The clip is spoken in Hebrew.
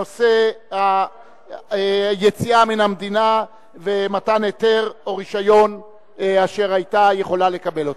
זכויותיהם וחובותיהם, התשי"א 1951, נתקבלה.